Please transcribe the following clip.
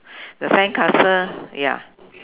the sandcastle ya